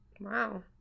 Wow